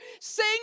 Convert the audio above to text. sing